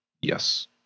Yes